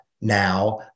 now